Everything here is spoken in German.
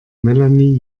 melanie